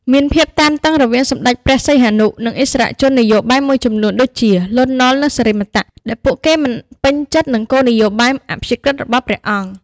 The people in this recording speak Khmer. មានភាពតានតឹងរវាងសម្ដេចព្រះសីហនុ និងឥស្សរជននយោបាយមួយចំនួនដូចជា លន់ នល់ និង សិរិមតៈ ដែលពួកគេមិនពេញចិត្តនឹងគោលនយោបាយអព្យាក្រឹត្យរបស់ព្រះអង្គ។